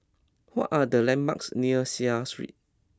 what are the landmarks near Seah Street